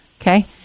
okay